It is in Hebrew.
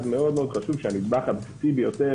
אז חשוב מאוד שהנדבך הבסיסי ביותר,